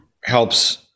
helps